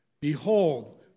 Behold